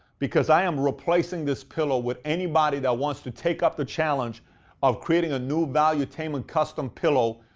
because i am replacing this pillow with anybody that wants to take up the challenge of creating a new valuetainment custom pillow.